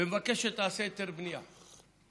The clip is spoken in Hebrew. ומבקשת שתעשה היתר בנייה.